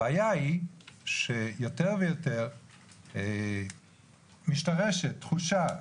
הבעיה היא שיותר ויותר משתרשת תחושה,